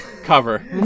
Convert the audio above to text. cover